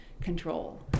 control